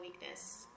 weakness